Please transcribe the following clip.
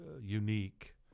unique